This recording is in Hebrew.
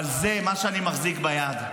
אבל זה, מה שאני מחזיק ביד,